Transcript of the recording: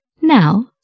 Now